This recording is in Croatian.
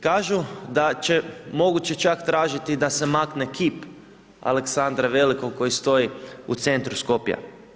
Kažu da će, moguće je čak tražiti da se makne kip Aleksandra Velikog koji stoji u centru Skopja.